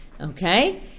okay